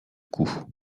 coûts